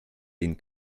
den